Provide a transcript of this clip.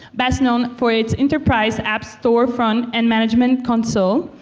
best known for its enterprise app store front and management console.